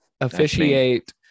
officiate